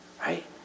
Right